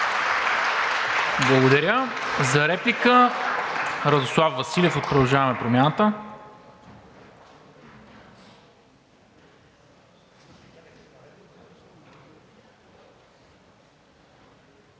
Благодаря. За реплика – Радослав Василев от „Продължаваме Промяната“.